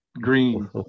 green